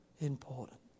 important